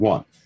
One